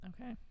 Okay